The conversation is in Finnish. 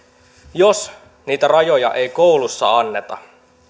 jos niitä rajoja ei koulussa anneta